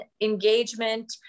engagement